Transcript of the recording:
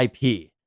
IP